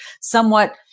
somewhat